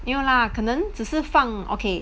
没有 lah 可能只是放 okay